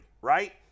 right